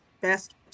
best